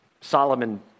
Solomon